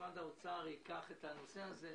שמשרד האוצר ייקח את הנושא הזה,